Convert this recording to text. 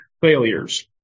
failures